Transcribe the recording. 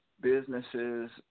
businesses